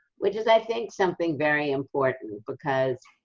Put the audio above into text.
which is i think something very important, because